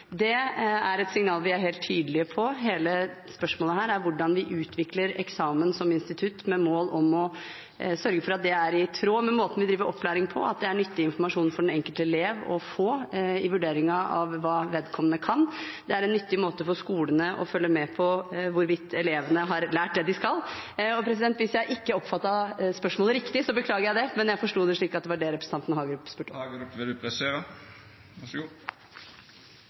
Det er et signal vi er helt tydelige på. Hele spørsmålet her er hvordan vi utvikler eksamen som institutt med mål om å sørge for at den er i tråd med måten vi driver opplæring på, og at det er nyttig informasjon for den enkelte elev å få i vurderingen av hva vedkommende kan. Det er en nyttig måte for skolene å følge med på hvorvidt elevene har lært det de skal. Hvis jeg ikke oppfattet spørsmålet riktig, beklager jeg det, men jeg forsto det slik at det var det representanten Hagerup spurte om. Hagerup,